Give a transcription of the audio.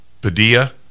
padilla